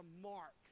mark